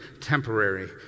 temporary